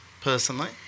personally